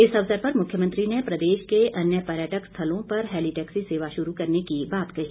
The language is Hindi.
इस अवसर पर मुख्यमंत्री ने प्रदेश के अन्य पर्यटक स्थलों पर हैली टैक्सी सेवा शुरू करने की बात कही